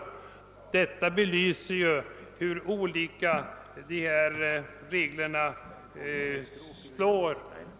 Detta belyser hur olika reglerna slår.